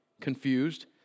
confused